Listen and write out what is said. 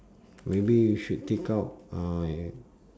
maybe you should take out uh and